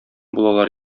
булалар